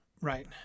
right